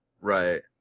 Right